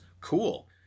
cool